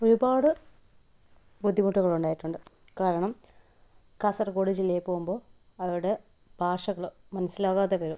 ഒരുപാട് ബുദ്ധിമുട്ടുകൾ ഉണ്ടായിട്ടുണ്ട് കാരണം കാസർഗോഡ് ജില്ലയിൽ പോകുമ്പോൾ അവരുടെ ഭാഷകൾ മനസിലാവാതെ വരും